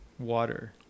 water